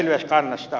herra puhemies